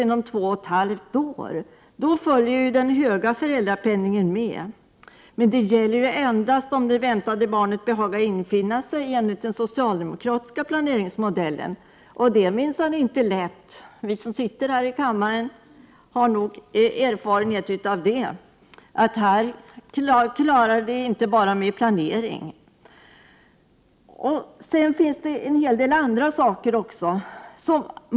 I sådana fall kvarstår den höga föräldrapenningen. Detta gäller endast om det väntade barnet behagar infinna sig enligt den socialdemokratiska planeringsmodellen. Det är minsann inte lätt att ordna det så! Vi som sitter här i kammaren har nog erfarenhet av detta. Det här klarar man inte bara med planering. Det finns också en hel del andra förhållanden som påverkar situationen.